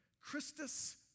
Christus